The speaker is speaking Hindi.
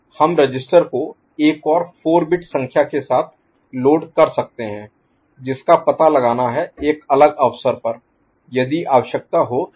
हम रजिस्टर को एक और 4 बिट संख्या के साथ लोड कर सकते हैं जिसका पता लगाना है एक अलग अवसर पर यदि आवश्यकता हो तो